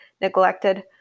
neglected